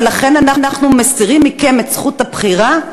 ולכן אנחנו מסירים מכן את זכות הבחירה?